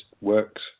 works